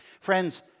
Friends